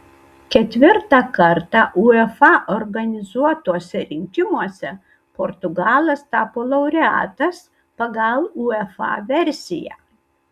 ketvirtą kartą uefa organizuotuose rinkimuose portugalas tapo laureatas pagal uefa versiją